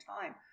time